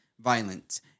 violence